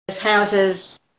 houses